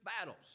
battles